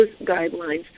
guidelines